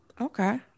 Okay